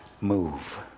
move